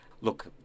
look